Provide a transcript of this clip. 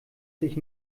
sich